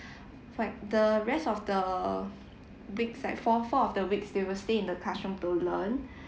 for like the rest of the weeks like four four of the weeks they will stay in the classroom to learn